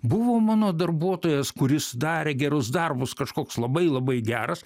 buvo mano darbuotojas kuris darė gerus darbus kažkoks labai labai geras